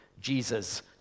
Jesus